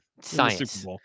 Science